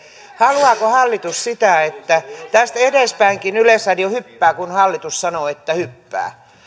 haluaako hallitus sitä että tästä edespäinkin yleisradio hyppää kun hallitus sanoo että hyppää